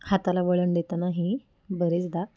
हाताला वळण देतानाही बरेचदा